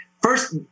first